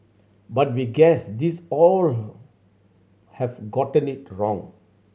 but we guess these all have gotten it wrong